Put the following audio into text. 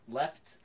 left